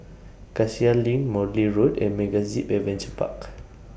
Cassia LINK Morley Road and MegaZip Adventure Park